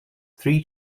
three